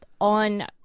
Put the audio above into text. on